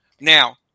Now